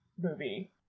movie